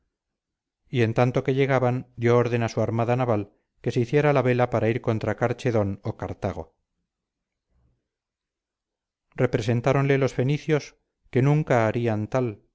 y en tanto que llegaban dio orden a su armada naval que se hiciera a la vela para ir contra carchedon o cartago representáronle los fenicios que nunca harían tal